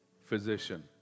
physician